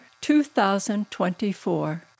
2024